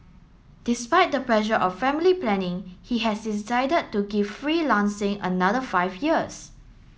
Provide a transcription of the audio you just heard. despite the pressure of family planning he has decided to give freelancing another five years